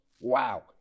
Wow